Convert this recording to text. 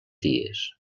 dies